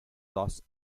los